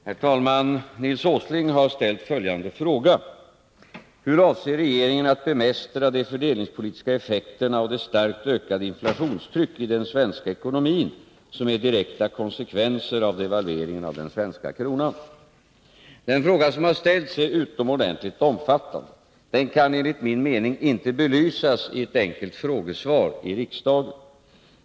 Herr talman! Nils Åsling har ställt följande fråga: ”Hur avser regeringen bemästra de fördelningspolitiska effekter och det starkt ökade inflationstryck i den svenska ekonomin som är direkta konsekvenser av devalveringen av den svenska kronan?” Den fråga som har ställts är utomordentligt omfattande. Den kan enligt min mening inte belysas i ett enkelt frågesvar i riksdagen.